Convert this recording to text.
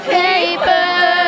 paper